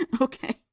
Okay